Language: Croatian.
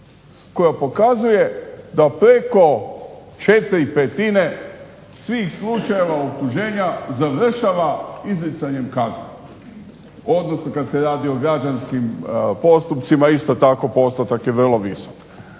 koja pokazuje da preko 4/5 svih slučajeva optuženja završava izricanjem kazne u odnosu kada se radi u građanskim postupcima isto tako postotak je vrlo visok.